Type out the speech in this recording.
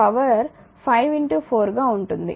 కాబట్టి పవర్ 5 4 గా ఉంటుంది